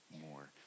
more